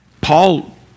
Paul